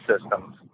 systems